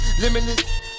limitless